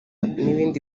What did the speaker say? n’ibindi